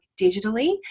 digitally